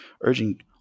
urging